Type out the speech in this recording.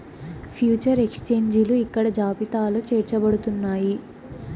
future ఎక్స్చేంజిలు ఇక్కడ జాబితాలో చేర్చబడుతున్నాయి